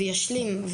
וישלים,